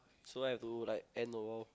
so have to like end a while